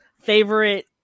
favorite